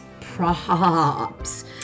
props